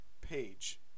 page